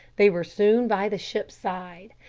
they were soon by the ship's side.